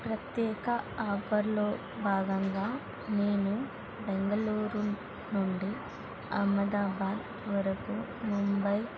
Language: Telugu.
ప్రత్యేక ఆఫర్లో భాగంగా నేను బెంగళూరు నుండి అహ్మదాబాద్ వరకు ముంబై